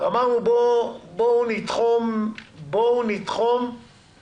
אמרנו: בואו נתחום את